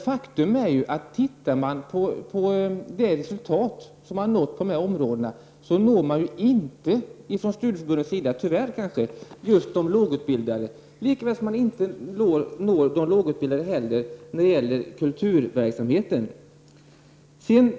Faktum är att ser man på vilka resultat som har uppnåtts på de här områdena finner man att studieförbunden inte når — tyvärr kanske — de lågutbildade. Inte heller når man de lågutbildade när det gäller kulturverksamheten.